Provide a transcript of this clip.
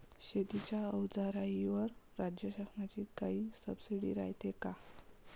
शेतीच्या अवजाराईवर राज्य शासनाची काई सबसीडी रायते का?